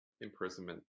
imprisonment